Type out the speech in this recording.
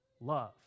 love